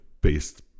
based